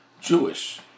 Jewish